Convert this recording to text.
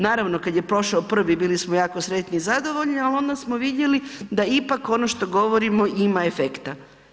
Naravno kad je prošao prvi bili smo jako sretni i zadovoljni, ali onda smo vidjeli da ipak ono što govorimo ima efekta.